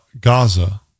Gaza